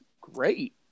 great